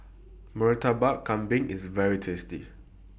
Murtabak Kambing IS very tasty